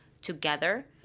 together